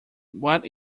what